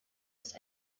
ist